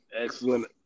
Excellent